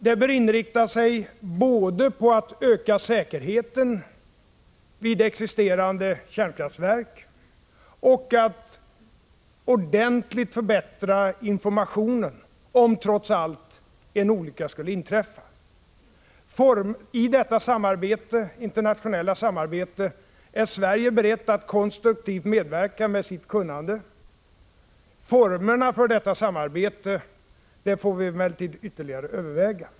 Det bör inriktas både på att öka säkerheten vid existerande kärnkraftverk och att ordentligt förbättra informationen — om trots allt en olycka skulle hända. I detta internationella samarbete är Sverige berett att konstruktivt medverka med sitt kunnande. Formerna för detta samarbete får emellertid ytterligare övervägas.